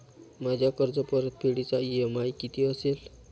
माझ्या कर्जपरतफेडीचा इ.एम.आय किती असेल?